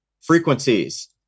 Frequencies